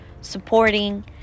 Supporting